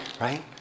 right